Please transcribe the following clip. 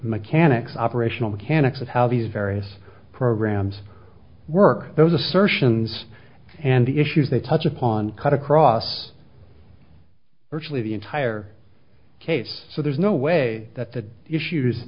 mechanics operational mechanics of how these various programs work those assertions and the issues they touch upon cut across virtually the entire case so there's no way that the issues